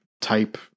type